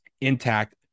intact